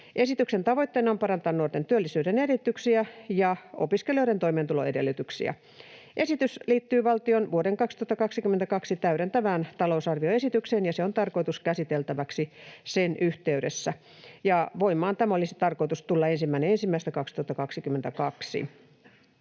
Esityksen tavoitteena on parantaa nuorten työllisyyden edellytyksiä ja opiskelijoiden toimeentuloedellytyksiä. Esitys liittyy valtion vuoden 2022 täydentävään talousarvioesitykseen, ja se on tarkoitettu käsiteltäväksi sen yhteydessä. Voimaan tämän olisi tarkoitus tulla 1.1.2022.